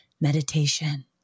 meditation